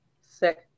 Sick